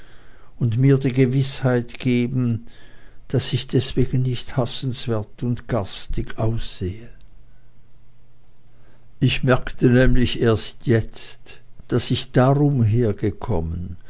und mir die gewißheit geben daß ich deswegen nicht hassenswert und garstig aussehe ich merkte nämlich erst jetzt daß ich darum hergekommen